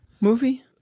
movie